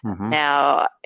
Now